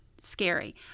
scary